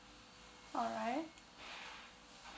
alright